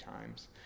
times